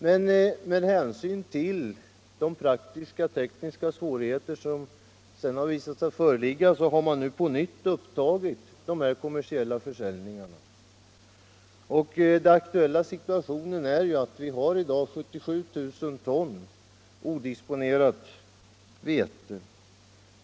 Men på grund av de praktiska och tekniska svårigheter som visat sig föreligga har man på nytt tagit upp de kommersiella försäljningarna. Den aktuella situationen är att vi i dag har 77 000 ton odisponerat vete.